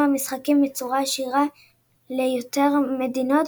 המשחקים בצורה ישירה ליותר מדינות,